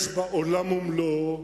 יש בה עולם ומלואו.